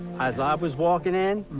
as i was walking in,